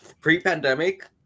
pre-pandemic